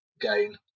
gain